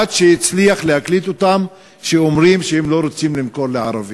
עד שהצליח להקליט אותם אומרים שהם לא רוצים למכור לערבי.